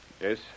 Yes